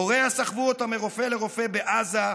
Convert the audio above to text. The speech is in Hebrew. הוריה סחבו אותה מרופא לרופא בעזה,